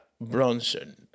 Bronson